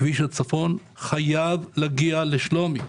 כביש הצפון חייב להגיע לשלומי,